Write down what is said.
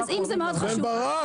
אז אם זה מאוד חשוב לך --- בן ברק,